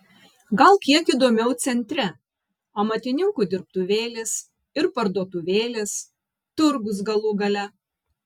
gal kiek įdomiau centre amatininkų dirbtuvėlės ir parduotuvėlės turgus galų gale